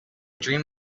dream